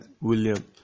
William